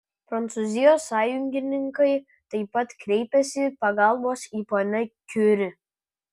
prancūzijos sąjungininkai taip pat kreipiasi pagalbos į ponią kiuri